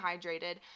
hydrated